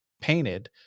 painted